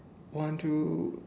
one two